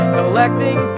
collecting